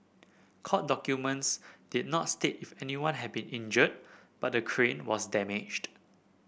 court documents did not state if anyone had been injured but the crane was damaged